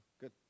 Good